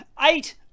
eight